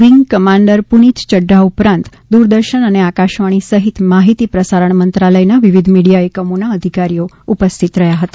wing commander Punit Chatta ઉપરાંત દ્રરદર્શન અને આકાશવાણી સફીત માહિતી પ્રસારણ મંત્રાલય ના વિવિધ મીડિયા એકમી ના અધિકારીઓ ઉપસ્થિત રહ્યા હતા